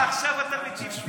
עכשיו אתה מטיף לי.